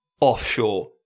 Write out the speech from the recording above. offshore